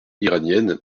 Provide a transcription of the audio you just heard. iranienne